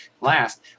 last